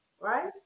right